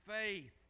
faith